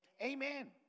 amen